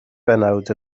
bennawd